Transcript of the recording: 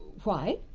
why?